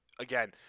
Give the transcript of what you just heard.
again